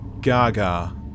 gaga